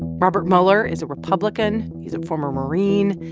robert mueller is a republican. he's a former marine.